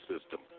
System